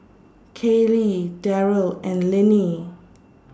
Kayleigh Deryl and Linnie